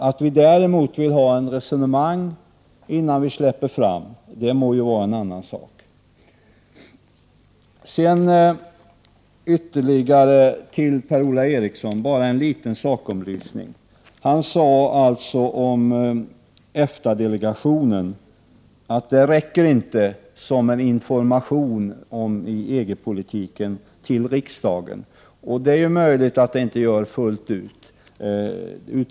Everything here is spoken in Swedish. Att vi däremot vill föra ett resonemang innan något sådant sker må vara en annan sak. Jag vill lämna en sakupplysning till Per-Ola Eriksson. Han sade att EFTA-delegationen inte räcker som informationskanal för riksdagen när det gäller EG-politiken. Det är möjligt att det inte gör det fullt ut.